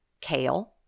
kale